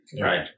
right